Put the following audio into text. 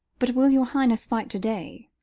but will your highness fight to day?